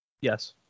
Yes